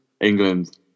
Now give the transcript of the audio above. England